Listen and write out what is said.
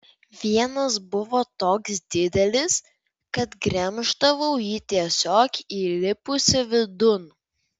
vienas buvo toks didelis kad gremždavau jį tiesiog įlipusi vidun